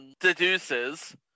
deduces